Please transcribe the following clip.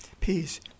peace